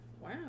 Wow